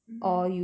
mmhmm